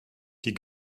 die